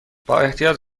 بااحتیاط